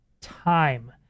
time